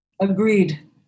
Agreed